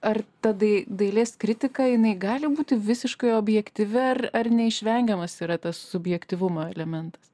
ar ta dai dailės kritika jinai gali būti visiškai objektyvi ar ar neišvengiamas yra tas subjektyvumo elementas